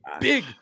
big